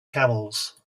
camels